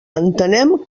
entenem